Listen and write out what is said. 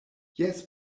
jes